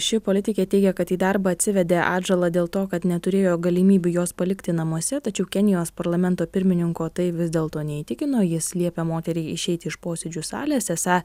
ši politikė teigia kad į darbą atsivedė atžalą dėl to kad neturėjo galimybių jos palikti namuose tačiau kenijos parlamento pirmininko tai vis dėlto neįtikino jis liepia moteriai išeiti iš posėdžių salės esą